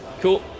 Cool